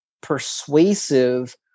persuasive